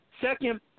Second